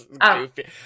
goofy